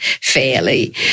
fairly